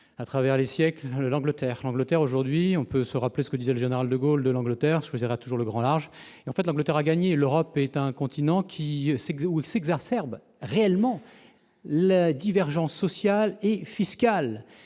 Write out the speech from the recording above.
à travers les siècles, l'Angleterre, l'Angleterre aujourd'hui, on peut se rappeler ce que disait le général de Gaulle, de l'Angleterre choisira toujours le grand large, et en fait, l'Angleterre a gagné l'Europe est un continent qui s'exilent s'exacerbe réellement la divergence sociales et fiscales,